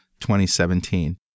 2017